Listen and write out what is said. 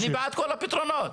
אני בעד כל הפתרונות.